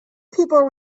people